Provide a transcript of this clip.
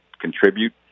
contribute